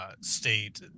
State